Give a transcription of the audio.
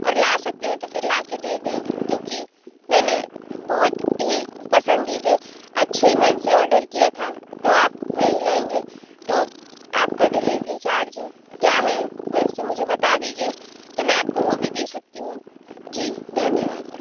और ला सकते हैं तो फिर लाके दे दें क्योंकि मैंने बहुत ही पसंदीदा अच्छे मन से और्डर किया था तो आप नहीं लाएंगे तो आप का डिलेभरी चार्ज क्या है वैसे मुझे बता दीजिए तो मैं आपको वो भी दे सकती हूँ जी धन्यवाद